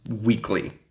weekly